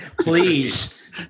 please